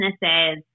businesses